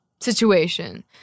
situation